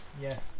yes